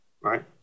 right